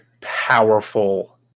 powerful